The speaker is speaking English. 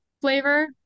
flavor